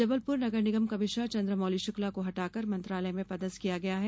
जबलपुर नगर निगम कमिश्नर चंद्रमोली शुक्ला को हटाकर मंत्रालय में पदस्थ किया गया है